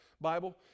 Bible